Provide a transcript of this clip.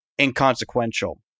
inconsequential